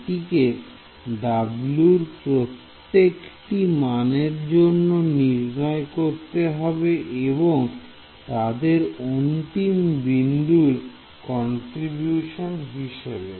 এটিকে W র প্রত্যেকটি মানের জন্য নির্ণয় করতে হবে এবং তাদের অন্তিম বিন্দুর কন্ত্রিবিউশন হিসেবে